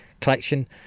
collection